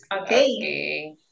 Okay